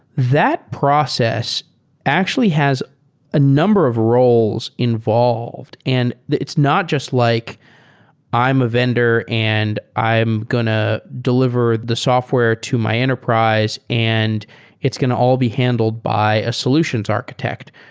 that process actually has a number of roles involved and it's not just like i am a vendor and i am going to deliver the software to my enterprise and it's going to all be handled by a solutions architect.